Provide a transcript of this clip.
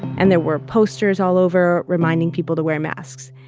and there were posters all over reminding people to wear masks.